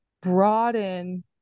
broaden